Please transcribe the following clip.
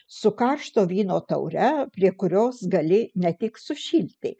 su karšto vyno taure prie kurios gali ne tik sušilti